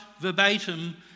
verbatim